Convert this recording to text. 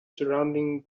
surrounding